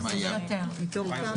2,000 זה המ ון.